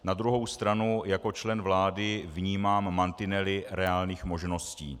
Na druhou stranu jako člen vlády vnímám mantinely reálných možností.